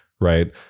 Right